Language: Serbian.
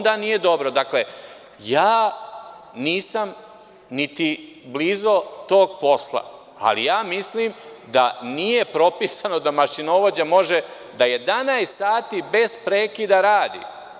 Dakle, ja nisam niti blizu tog posla, ali ja mislim da nije propisano da mašinovođa može da 11 sati bez prekida radi.